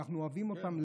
למה אנחנו אוהבים אותם?